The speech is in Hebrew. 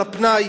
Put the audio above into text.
על הפנאי,